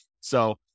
So-